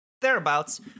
Thereabouts